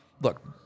look